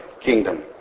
kingdom